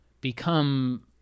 become